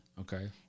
Okay